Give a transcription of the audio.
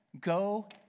go